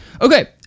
Okay